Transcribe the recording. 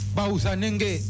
Bausanenge